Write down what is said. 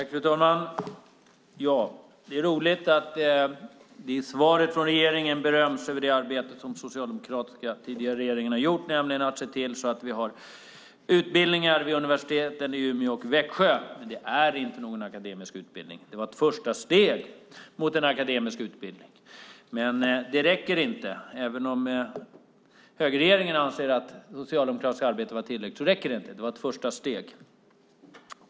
Fru talman! Det är roligt att regeringen i sitt svar berömmer det arbete som den tidigare socialdemokratiska regeringen gjort, nämligen att se till att vi har polisutbildning vid universiteten i Umeå och Växjö. Det är dock inte någon akademisk utbildning. Det var ett första steg mot en akademisk utbildning, men det räcker inte. Även om högerregeringen anser att det socialdemokratiska arbetet var tillräckligt räcker det inte. Det var ett första steg.